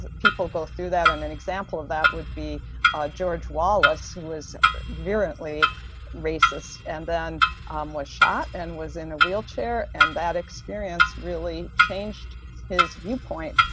people go through that. and an example of that would be george wallace who was virulently racist, and then was shot and was in a wheelchair. and that experience really changed his viewpoint,